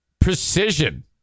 precision